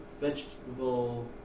vegetable